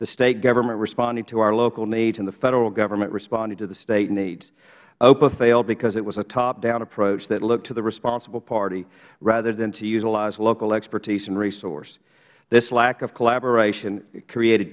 the state government responding to our local needs and the federal government responding to the state needs opa failed because it was a topdown approach that looked to the responsible party rather than to utilize local expertise and resources this lack of collaboration created